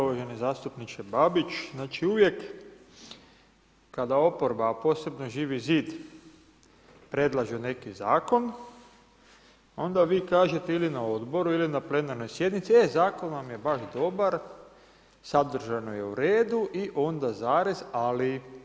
Uvaženi zastupniče Babić, znači uvijek kada oporba a posebno Živi zid predlaže neki zakon, onda vi kažete ili na odboru ili na plenarnoj sjednici, e zakon vam je baš dobar, sadržajno je u redu i onda zarez, ali.